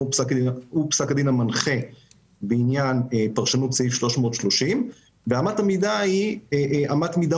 פסק הדין המנחה בעניין פרשנות סעיף 330. אמת המידה היא אמת מידה